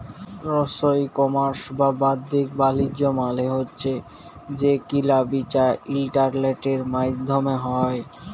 ই commerce বা বাদ্দিক বালিজ্য মালে হছে যে কিলা বিচা ইলটারলেটের মাইধ্যমে হ্যয়